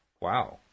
Wow